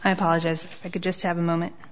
i apologize if i could just have a moment